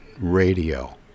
radio